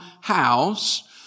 house